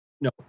No